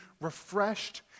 refreshed